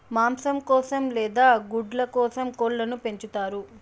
మాంసం కోసం లేదా గుడ్ల కోసం కోళ్ళను పెంచుతారు